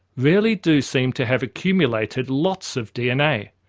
really do seem to have accumulated lots of dna,